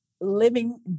living